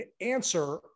answer